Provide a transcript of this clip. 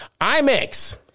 IMAX